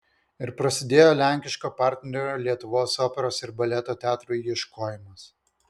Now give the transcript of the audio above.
ir prasidėjo lenkiško partnerio lietuvos operos ir baleto teatrui ieškojimas